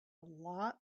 lot